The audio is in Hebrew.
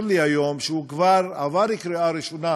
לי היום שהוא כבר עבר קריאה ראשונה